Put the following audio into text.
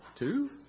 Two